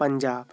Punjab